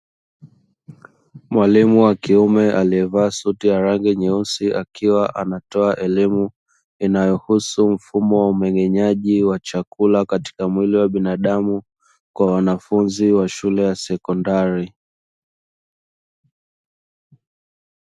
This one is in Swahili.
Mwalimu wa kiume aliyevaa suti ya rangi nyeusi akiwa anatoa elimu inayohusu mfumo wa umeng'enyeji wa chakula katika mwili wa binadamu kwa wanafunzi wa shule ya sekondari.